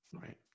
Right